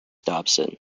dobson